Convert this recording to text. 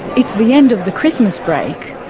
it's the end of the christmas break.